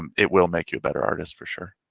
um it will make you a better artist for sure.